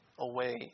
away